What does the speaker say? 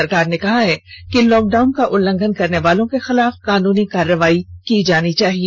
सरकार ने कहा कि लॉकडाउन का उल्लंघन करने वालों के खिलाफ कानूनी कार्रवाई की जानी चाहिए